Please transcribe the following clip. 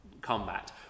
combat